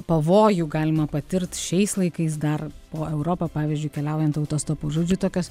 pavojų galima patirt šiais laikais dar po europą pavyzdžiui keliaujant autostopu žodžiu tokios